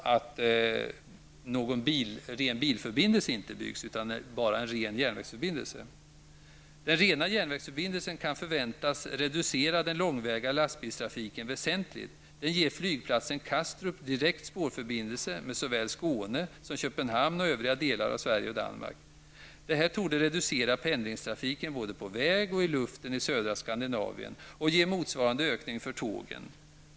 Någon ren bilförbindelse byggs nämligen inte, utan bara en ren järnvägsförbindelse. Den rena järnvägsförbindelsen kan förväntas reducera den långväga lastbilstrafiken väsentligt. Den ger flygplatsen Kastrup direkt spårförbindelse såväl med Skåne som Köpenhamn och övriga delar av Sverige och Danmark. Detta torde i södra Skandinavien reducera pendlingstrafiken både på väg och i luften och ge motsvarande ökning för tågen.